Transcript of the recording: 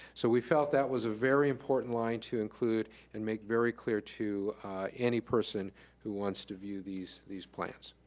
so we felt that was a very important line to include and make very clear to any person who wants to view these these plans.